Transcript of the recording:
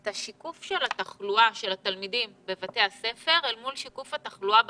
את שיקוף התחלואה של התלמידים בבתי הספר אל מול שיקוף התחלואה בקהילה?